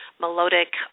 melodic